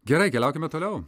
gerai keliaukime toliau